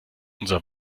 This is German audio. unser